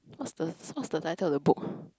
what's the what's the title of the book